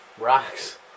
rocks